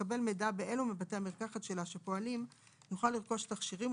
לקבל מידע באלו מבתי המרקחת שלה שפועלים יוכל לרכוש תכשירים,